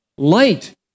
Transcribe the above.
Light